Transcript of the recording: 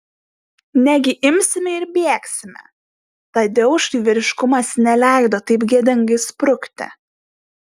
negi imsime ir bėgsime tadeušui vyriškumas neleido taip gėdingai sprukti